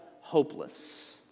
hopeless